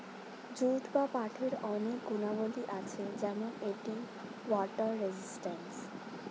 jute বা পাটের অনেক গুণাবলী আছে যেমন এটি ওয়াটার রেজিস্ট্যান্স